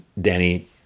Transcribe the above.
Danny